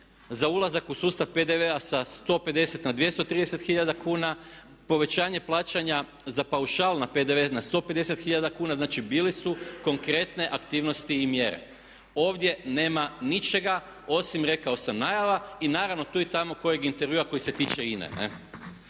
za ulazak u sustav PDV-a sa 150 na 230 hiljada kuna, povećanja plaćanja za paušal na PDV na 150 hiljada kuna, znači bile su konkretne aktivnosti i mjere. Ovdje nema ničega osim rekao sam najava i naravno tu i tamo kojeg intervjua koji se tiče INE,